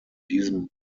diesem